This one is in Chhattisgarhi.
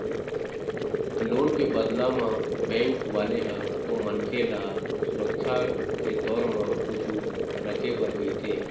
लोन के बदला म बेंक वाले ह ओ मनखे ल सुरक्छा के तौर म कुछु रखे बर कहिथे